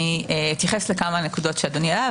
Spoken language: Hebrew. אני אתייחס לכמה נקודות שאדוני העלה.